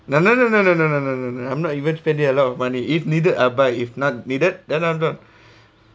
no no no no no no no no no I'm not even spending a lot of money if needed I'll buy if not needed then I don't